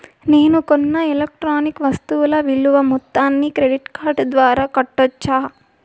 నేను కొన్న ఎలక్ట్రానిక్ వస్తువుల విలువ మొత్తాన్ని క్రెడిట్ కార్డు ద్వారా కట్టొచ్చా?